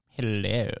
Hello